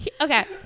Okay